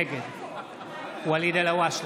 נגד ואליד אלהואשלה,